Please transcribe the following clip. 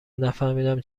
نفهمیدیم